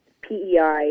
PEI